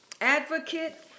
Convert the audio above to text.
advocate